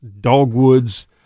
dogwoods